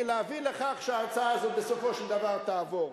להביא לכך שההצעה הזאת בסופו של דבר תעבור,